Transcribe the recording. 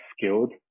skilled